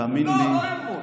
לא, לא אמון.